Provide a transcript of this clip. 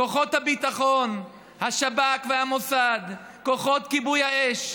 כוחות הביטחון, השב"כ והמוסד, כוחות כיבוי האש.